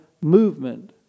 movement